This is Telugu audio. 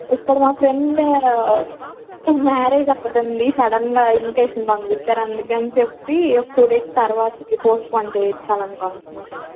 ఇక్కడ మా ఫ్రెండ్ మ్యారేజ్ ఒకటి ఉంది సడన్ గా ఇన్విటేషన్ పంపించారు అందుకని చెప్పి టూ డేస్ తర్వాతకి పోస్ట్ పోన్ చేయించాలనుకుంటున్నాము